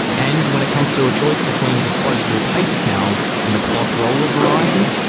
and when it comes to a choice between disposable paper towels and the cloth roller variety?